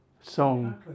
song